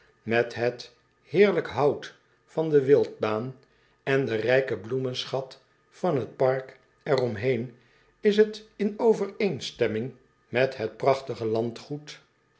met het heerlijk hout van de wildbaan en den rijken bloemenschat van het park er om heen is het in overeenstemming met het prachtig landgoed